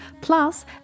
plus